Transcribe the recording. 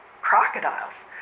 crocodiles